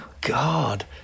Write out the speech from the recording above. God